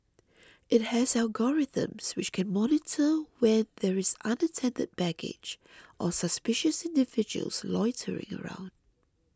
it has algorithms which can monitor when there is unattended baggage or suspicious individuals loitering around